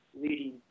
leading